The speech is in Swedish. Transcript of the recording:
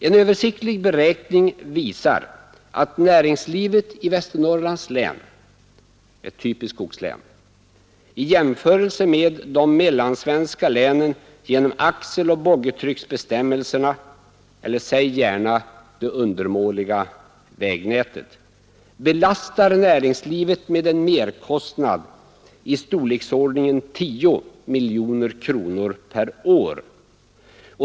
En översiktlig beräkning visar att näringslivet i Västernorrlands län, ett typiskt skogslän, i jämförelse med de mellansvenska länen genom axeloch boggitrycksbestämmelserna — eller säg gärna det undermåliga vägnätet — belastar näringslivet med en merkostnad av storleksordningen 10 miljoner kronor per år.